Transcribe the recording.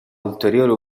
ulteriore